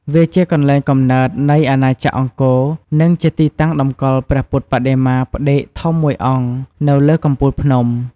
វាជាកន្លែងកំណើតនៃអាណាចក្រអង្គរ និងជាទីតាំងតម្កល់ព្រះពុទ្ធបដិមាផ្ដេកធំមួយអង្គនៅលើកំពូលភ្នំ។